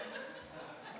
כן, אני.